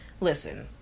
Listen